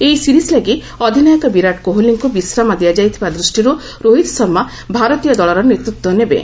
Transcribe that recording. ଏହି ସିରିଜ ଲାଗି ଅଧିନାୟକ ବିରାଟ କୋହଲିଙ୍କୁ ବିଶ୍ରାମ ଦିଆଯାଇଥିବା ଦୃଷ୍ଟିରୁ ରୋହିତ ଶର୍ମା ଭାରତୀୟ ଦଳର ନେତୃତ୍ୱ ନେବେ